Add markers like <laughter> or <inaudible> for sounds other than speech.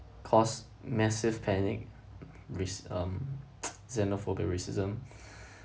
caused massive panic with um <noise> xenophobia racism <breath>